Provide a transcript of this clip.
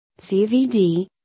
CVD